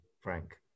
Frank